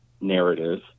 narrative